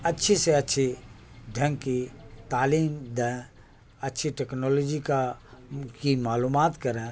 اچھی سے اچھی ڈھنگ کی تعلیم دیں اچھی ٹیکنالوجی کا کی معلومات کریں